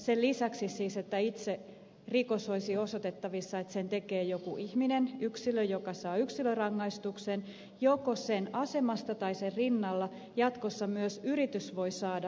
sen lisäksi siis että itse rikoksesta olisi osoitettavissa että sen tekee joku ihminen yksilö joka saa yksilörangaistuksen joko sen asemesta tai sen rinnalla jatkossa myös yritys voi saada sakkorangaistuksen